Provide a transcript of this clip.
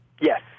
Yes